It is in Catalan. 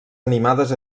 animades